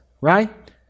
right